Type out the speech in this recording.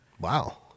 Wow